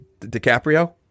DiCaprio